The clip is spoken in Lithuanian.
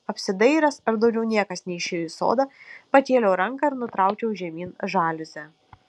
apsidairęs ar daugiau niekas neišėjo į sodą pakėliau ranką ir nutraukiau žemyn žaliuzę